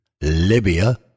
Libya